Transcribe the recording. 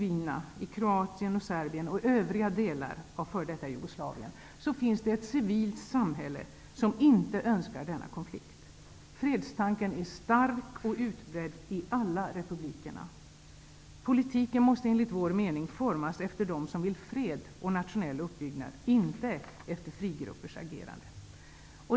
I Bosnien-Hercegovina, Jugoslavien finns det ett civilt samhälle som inte önskar denna konflikt. Fredstanken är stark och utbredd i alla republikerna. Politiken måste enligt vår mening formas efter dem som vill fred och nationell uppbyggnad, inte efter frigruppers agerande.